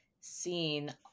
seen